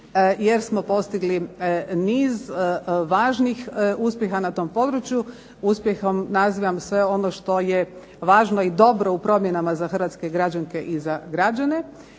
jer smo postigli niz važnih uspjeha na tom području. Uspjehom nazivam sve ono što je važno i dobro u promjenama za hrvatske građanke i za građane.